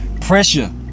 pressure